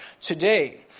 today